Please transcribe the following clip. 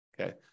Okay